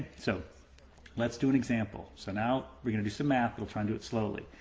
so let's do an example. so now, were going to do some math. we'll try and do it slowly.